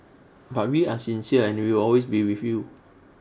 but we are sincere and we will always be with you